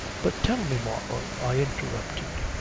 but tell me, marlow, i interrupted,